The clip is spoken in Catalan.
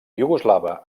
iugoslava